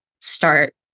start